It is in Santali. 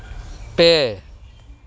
ᱯᱮ